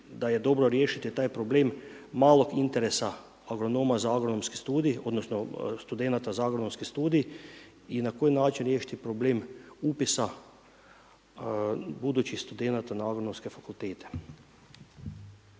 da je dobro riješiti taj problem malog interesa agronoma, za agronomski studij, onda, studenata za agronomski studij. I na koji način riješiti problem upisa budućih studenata na agronomske fakultete?